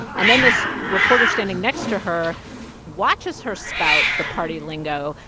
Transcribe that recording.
and then this reporter standing next to her watches her spout the party lingo,